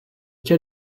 cas